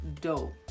dope